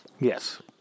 Yes